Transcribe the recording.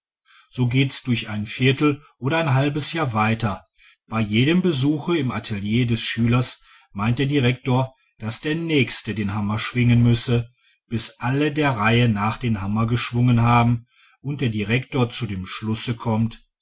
so gehts durch ein viertel oder ein halbes jahr weiter bei jedem besuche im atelier des schülers meint der direktor daß der nächste den hammer schwingen müsse bis alle der reihe nach den hammer geschwungen haben und der direktor zu dem schlusse kommt